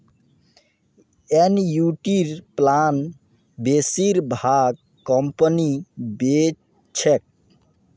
एनयूटीर प्लान बेसिर भाग कंपनी बेच छेक